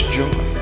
joy